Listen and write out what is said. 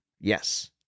yes